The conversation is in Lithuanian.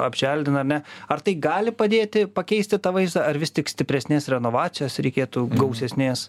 apželdina ar ne ar tai gali padėti pakeisti tą vaizdą ar vis tik stipresnės renovacijos reikėtų gausesnės